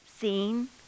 seen